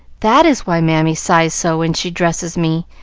that is why mammy sighs so when she dresses me,